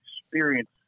experience